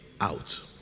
out